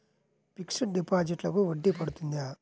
Fixed డిపాజిట్లకు వడ్డీ పడుతుందా?